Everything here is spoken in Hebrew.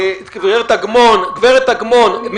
גברת אגמון,